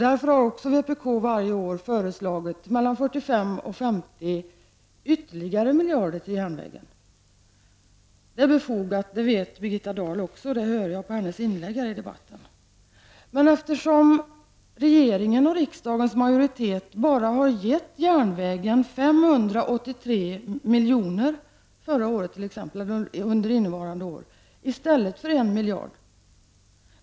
Därför har vpk också varje år föreslagit mellan 45 och 50 miljoner ytterligare till järnvägen. Det är befogat, och det vet Birgitta Dahl — det hör jag på hennes inlägg i den här debatten. Regeringen och riksdagens majoritet har gett järnvägen bara 583 miljoner för innevarande år i stället för en miljard.